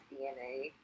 DNA